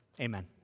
Amen